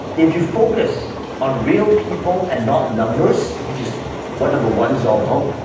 if you focus on real people and not numbers, which is what number one is all about,